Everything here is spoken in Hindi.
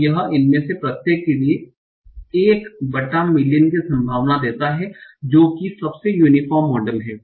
तो यह इनमें से प्रत्येक के लिए 1मिलियन की संभावना देता है जो कि सबसे यूनीफोर्म मॉडल है